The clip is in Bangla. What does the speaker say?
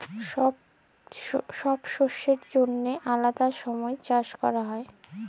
ছব শস্যের জ্যনহে আলেদা ছময় চাষ ক্যরা হ্যয়